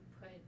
put